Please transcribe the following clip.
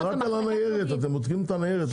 --- אבל אתם בודקים רק את הניירת.